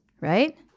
right